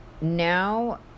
now